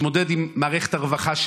ולהתמודד עם מערכת הרווחה,